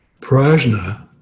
Prajna